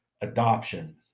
adoption